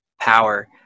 power